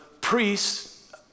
priests